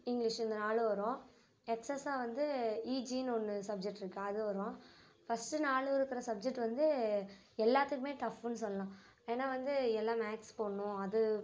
English இந்த நாலும் வரும் எக்ஸஸ்ஸாக வந்து இஜின்னு ஒன்று சப்ஜெக்ட் இருக்குது அது வரும் ஃபஸ்ட்டு நாலும் இருக்கிற சப்ஜெக்ட் வந்து எல்லாத்துக்குமே டஃப்ஃபுன்னு சொல்லலாம் ஏன்னா வந்து எல்லாம் மேக்ஸ் போடணும் அது